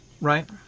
right